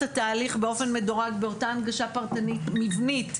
התהליך באופן מדורג באותה הנגשה פרטנית מבנית,